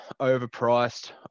overpriced